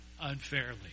unfairly